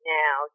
now